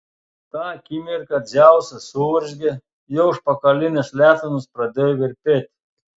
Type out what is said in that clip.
tą akimirką dzeusas suurzgė jo užpakalinės letenos pradėjo virpėti